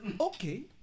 Okay